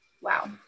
Wow